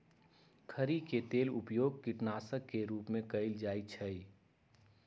खरी के तेल के उपयोग कीटनाशक के रूप में कएल जाइ छइ